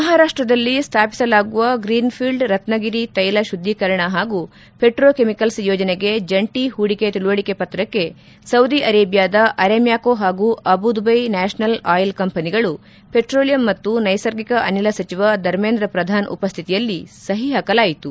ಮಹಾರಾಷ್ಟದಲ್ಲಿ ಸ್ಟಾಪಿಸಲಾಗುವ ಗ್ರೀನ್ಫೀಲ್ಡ್ ರತ್ನಗಿರಿ ತೈಲ ಶುದ್ದೀಕರಣ ಹಾಗೂ ಪೆಟ್ರೊ ಕೆಮಿಕಲ್ಸ್ ಯೋಜನೆಗೆ ಜಂಟ ಹೂಡಿಕೆ ತಿಳುವಳಿಕೆ ಪತ್ರಕ್ಷೆ ಸೌದಿ ಅರೇಬಿಯಾದ ಅರೆಮ್ಲಾಕೊ ಹಾಗೂ ಅಬು ದುಬ್ನೆ ನ್ನಾಪನಲ್ ಆಯಿಲ್ ಕಂಪೆನಿಗಳು ಪೆಟ್ರೋಲಿಯಂ ಮತ್ತು ನೈಸರ್ಗಿಕ ಅನಿಲ ಸಚಿವ ಧರ್ಮೇಂದ್ರ ಪ್ರಧಾನ್ ಉಪ್ಯಾತಿಯಲ್ಲಿ ಸಹಿ ಹಾಕಲಾಯಿತು